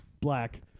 Black